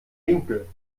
winkel